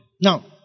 Now